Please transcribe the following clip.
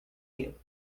you